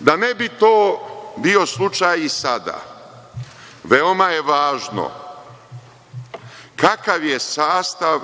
Da ne bi to bio slučaj i sada, veoma je važno kakav je sastav